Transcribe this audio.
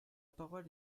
parole